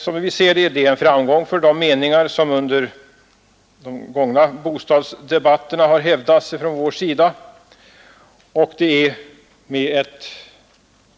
Som vi ser det är detta en framgång för de meningar som under de förda bostadsdebatterna har hävdats från vår sida, och det är med